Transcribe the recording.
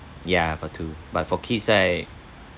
ya for two but for kids right